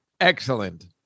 Excellent